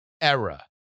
era